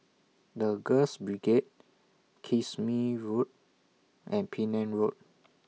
The Girls Brigade Kismis Road and Penang Road